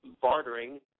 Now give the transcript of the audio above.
bartering